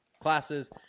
classes